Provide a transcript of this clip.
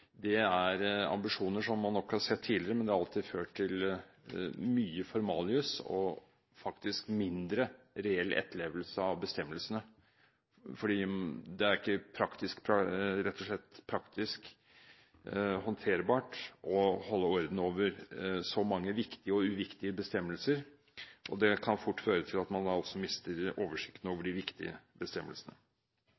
er ambisjoner som man nok har sett tidligere. Men det har alltid ført til mye formaljus og mindre reell etterlevelse av bestemmelsene fordi det rett og slett ikke er praktisk håndterbart å holde orden over så mange viktige og uviktige bestemmelser. Det kan fort føre til at man mister oversikten over